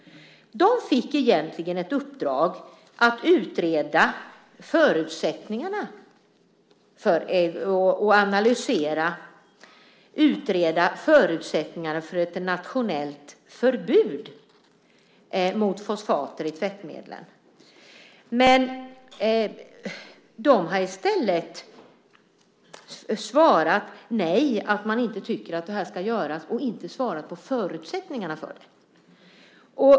Inspektionen fick ett uppdrag att utreda och analysera förutsättningarna för ett nationellt förbud mot fosfater i tvättmedlen. Men man har i stället svarat att man inte tycker att det ska göras och inte heller svarat på frågan om förutsättningarna för det.